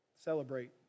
Celebrate